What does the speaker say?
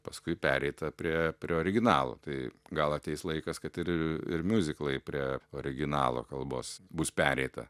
paskui pereita prie prie originalo tai gal ateis laikas kad ir ir miuziklai prie originalo kalbos bus pereita